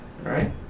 right